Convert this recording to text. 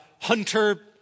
hunter